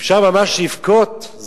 אפשר ממש לבכות.